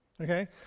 Okay